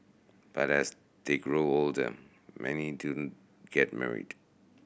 but as they grow older many do get married